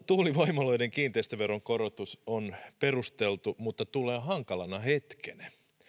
tuulivoimaloiden kiinteistöveron korotus on perusteltu mutta tulee hankalana hetkenä